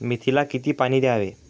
मेथीला किती पाणी द्यावे?